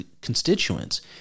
constituents